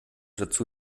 dazu